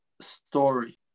story